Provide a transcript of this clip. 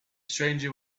stranger